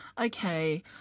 okay